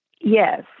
Yes